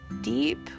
deep